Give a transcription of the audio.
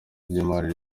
ry’imari